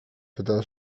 pyta